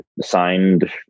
signed